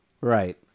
right